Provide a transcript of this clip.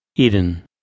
Eden